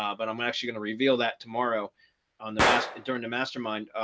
ah but i'm actually going to reveal that tomorrow on the master during the mastermind.